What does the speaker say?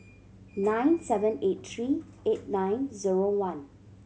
nine seven eight three eight nine zero one